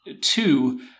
two